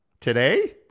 Today